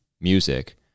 music